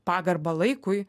pagarbą laikui